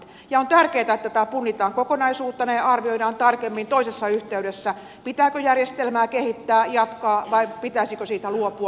on tärkeätä että tämä punnitaan kokonaisuutena ja arvioidaan tarkemmin toisessa yhteydessä pitääkö järjestelmää kehittää jatkaa vai pitäisikö siitä luopua